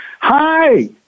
hi